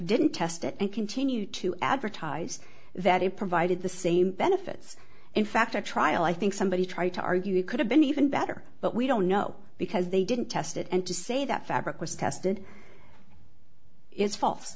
didn't test it and continue to advertise that it provided the same benefits in fact a trial i think somebody tried to argue it could have been even better but we don't know because they didn't test it and to say that fabric was tested is fal